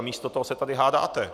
Místo toho se tady hádáte.